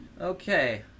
Okay